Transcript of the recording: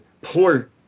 poor